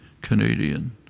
Canadian